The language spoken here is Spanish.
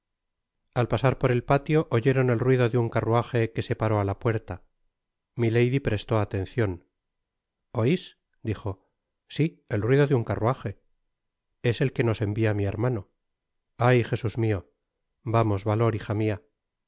al pasar por el patio oyeron el ruido de un carruaje que se paró á la puerta milady prestó atencion ois dijo si el ruido de un carruaje es el que nos envia mi hermano ay jesus mio vamos valor hija mia